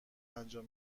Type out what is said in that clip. انجام